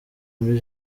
muri